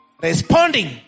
Responding